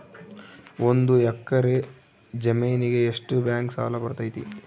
ಒಂದು ಎಕರೆ ಜಮೇನಿಗೆ ಎಷ್ಟು ಬ್ಯಾಂಕ್ ಸಾಲ ಬರ್ತೈತೆ?